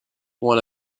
one